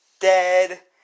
dead